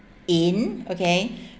in okay